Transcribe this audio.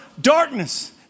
darkness